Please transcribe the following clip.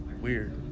weird